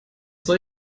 soll